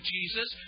Jesus